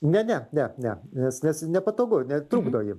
ne ne ne ne nes nes nepatogu jinai netrukdo jam